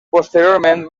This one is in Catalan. posteriorment